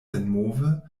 senmove